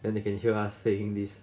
then they can hear us saying this